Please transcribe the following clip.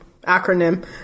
acronym